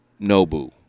Nobu